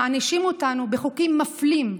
מענישים אותנו בחוקים מפלים,